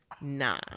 nah